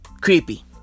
creepy